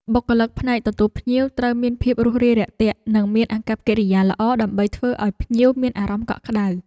បុគ្គលិកផ្នែកទទួលភ្ញៀវត្រូវមានភាពរួសរាយរាក់ទាក់ និងមានអាកប្បកិរិយាល្អដើម្បីធ្វើឱ្យភ្ញៀវមានអារម្មណ៍កក់ក្តៅ។